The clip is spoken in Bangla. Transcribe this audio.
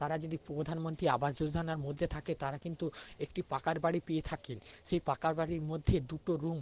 তারা যদি প্রধানমন্ত্রী আবাস যোজনার মধ্যে থাকে তারা কিন্তু একটি পাকা বাড়ি পেয়ে থাকেন সেই পাকা বাড়ির মধ্যে দুটো রুম